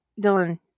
Dylan